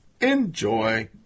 Enjoy